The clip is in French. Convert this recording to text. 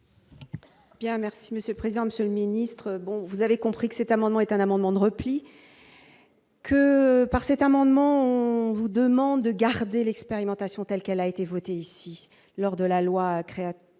Bien, merci Monsieur le président Monsieur ministre, bon, vous avez compris que cet amendement est un amendement de repli que par cet amendement, on vous demande de garder l'expérimentation telle qu'elle a été voté, ici lors de la loi crée